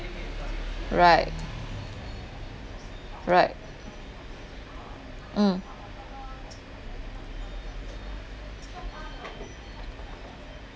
right right mm